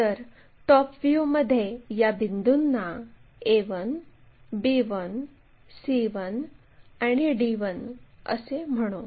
तर टॉप व्ह्यूमध्ये या बिंदूंना a1 b1 c1 आणि d1 असे म्हणू